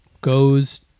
goes